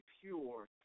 pure